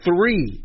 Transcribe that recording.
Three